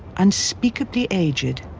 unspeakably aged.